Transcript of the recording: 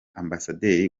ambasaderi